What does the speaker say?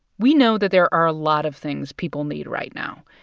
we know that there are a lot of things people need right now,